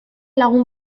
lagun